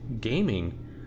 gaming